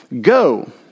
Go